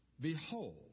Behold